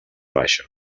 baixa